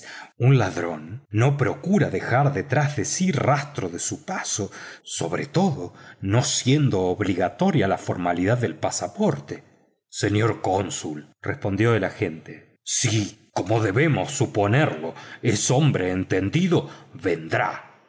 un ladrón no procura dejar detrás de sí rastros de su paso sobre todo no siendo obligatoria la formalidad del pasaporte señor cónsul respondió el agente si como debemos suponerlo es hombre entendido vendrá